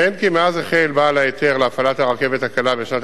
אציין כי מאז החל בעל ההיתר להפעלת הרכבת הקלה בשנת